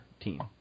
team